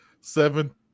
seven